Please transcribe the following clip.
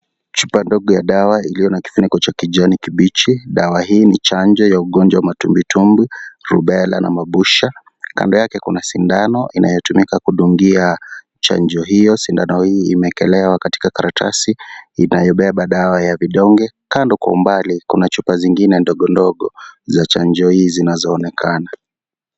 Chupa ndogo ya dawa, iliyo na kifuniko cha kijani kibichi. Dawa hii ni chanjo ya ugunjwa wa matumbitumbi, lubera na mabusha. Kando yake kuna sindano, inayotumika kudungia chanjo hiyo. Sindano hii imewekelewa katika karatasi, inayobeba dawa ya vidonge. Kando kwa umbali kuna chupa zingine ndogo ndogo za chanjo hii zinazoonekana.